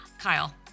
Kyle